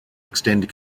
extend